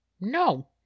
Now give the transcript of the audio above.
No